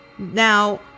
Now